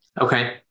Okay